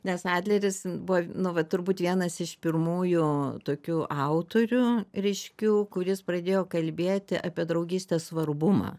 nes adleris buvo nu va turbūt vienas iš pirmųjų tokių autorių ryškių kuris pradėjo kalbėti apie draugystės svarbumą